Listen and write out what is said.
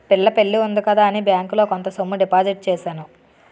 పిల్ల పెళ్లి ఉంది కదా అని బ్యాంకులో కొంత సొమ్ము డిపాజిట్ చేశాను